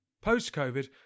Post-COVID